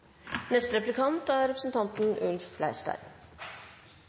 Neste taler er representanten